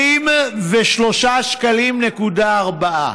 23.4 שקלים.